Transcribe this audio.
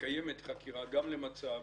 "מתקיימת חקירה" גם מצב